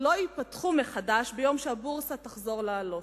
לא ייפתחו מחדש ביום שהבורסה תחזור לעלות.